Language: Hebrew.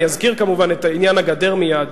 אני אזכיר כמובן את עניין הגדר מייד.